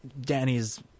Danny's